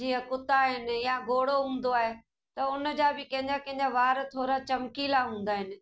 जीअं कुता आहिनि या घोड़ो हूंदो आहे त उनजा बि कंहिंजा कंहिंजा वार थोरा चिमिकीला हूंदा आहिनि